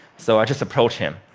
so i just approached him.